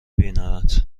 بینمت